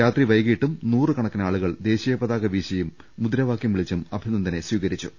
രാത്രി വൈകിയിട്ടും നൂറുകണ ക്കിനാളുകൾ ദേശീയപതാക വീശിയും മുദ്രാവാകൃം വിളിച്ചും അഭിനന്ദനെ സ്വീകരിച്ചു